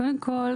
קודם כל,